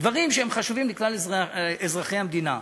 דברים שחשובים לכלל אזרחי המדינה.